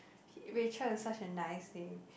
Rachel is such a nice name